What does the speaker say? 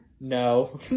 No